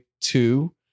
Two